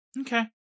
Okay